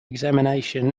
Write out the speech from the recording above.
examination